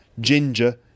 ginger